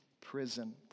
prison